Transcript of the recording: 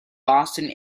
boston